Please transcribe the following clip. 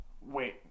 Wait